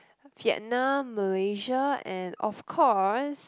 Vietnam Malaysia and of course